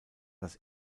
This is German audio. das